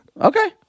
Okay